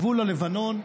גבול הלבנון,